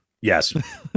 Yes